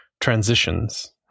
transitions